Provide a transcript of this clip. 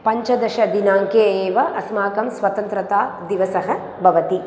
पञ्चदशदिनाङ्के एव अस्माकं स्वतन्त्रतादिवसः भवति